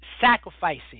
Sacrificing